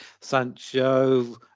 Sancho